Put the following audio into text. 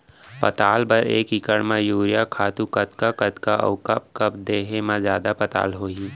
पताल बर एक एकड़ म यूरिया खातू कतका कतका अऊ कब कब देहे म जादा पताल होही?